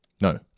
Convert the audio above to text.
no